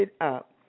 up